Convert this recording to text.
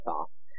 fast